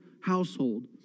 household